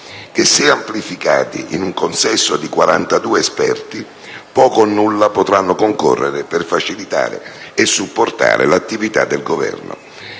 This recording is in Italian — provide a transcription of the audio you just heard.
che, se amplificate in un consesso di 42 esperti, poco o nulla potranno concorrere per facilitare e supportare l'attività del Governo